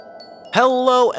Hello